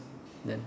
then